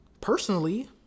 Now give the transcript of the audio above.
personally